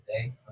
today